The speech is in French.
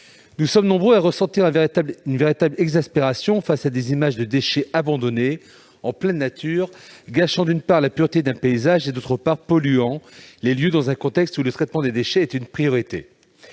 Nous sommes nombreux à ressentir une véritable exaspération face aux images de déchets abandonnés en pleine nature, qui, d'une part, gâchent la pureté des paysages, d'autre part, polluent les lieux dans un contexte où le traitement des déchets est une priorité.